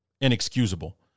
inexcusable